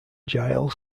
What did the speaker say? giles